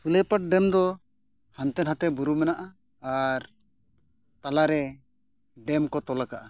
ᱥᱩᱞᱟᱹᱭᱯᱟᱲ dam ᱫᱚ ᱦᱟᱱᱛᱮᱼᱱᱷᱟᱛᱮ ᱵᱩᱨᱩ ᱢᱮᱱᱟᱜᱼᱟ ᱟᱨ ᱛᱟᱞᱟᱨᱮ ᱠᱚ ᱛᱚᱞ ᱟᱠᱟᱫᱼᱟ